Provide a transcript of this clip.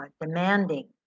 demanding